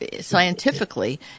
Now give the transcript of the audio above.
scientifically